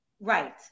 right